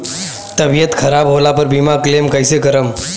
तबियत खराब होला पर बीमा क्लेम कैसे करम?